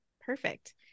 Perfect